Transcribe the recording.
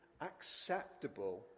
acceptable